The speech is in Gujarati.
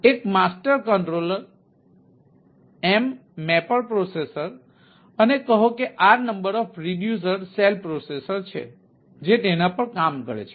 તેથી એક master controller m mapper processor અને કહો કે r number of reducer cell processors છે જે તેના પર કામ કરે છે